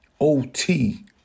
OT